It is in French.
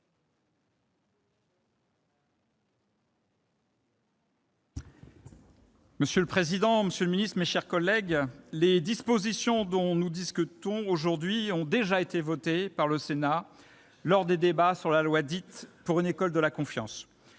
Monsieur le président, monsieur le ministre, mes chers collègues, les dispositions dont nous discutons aujourd'hui ont déjà été votées par le Sénat lors des débats sur la loi dite « pour une école de la confiance